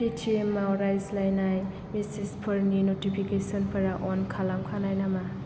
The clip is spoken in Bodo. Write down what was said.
पेटिएमआव रायज्लायनाय मेसेजफोरनि न'टिफिकेसनफोरा अन खालामखानाय नामा